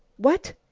what,